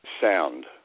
sound